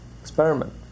experiment